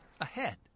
Ahead